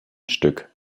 stück